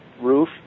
roof